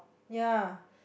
ya